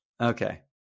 Okay